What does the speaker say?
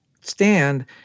stand